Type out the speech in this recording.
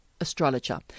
Astrologer